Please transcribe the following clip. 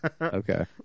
Okay